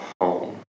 home